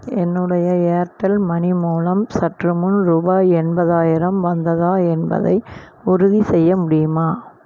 என்னுடைய Airtel money மூலம் சற்றுமுன் ரூபாய் எண்பதாயிரம் வந்ததா என்பதை உறுதிசெய்ய முடியுமா